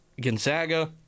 Gonzaga